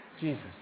Jesus